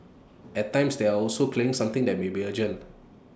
at times they are also clearing something that may be urgent